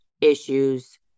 issues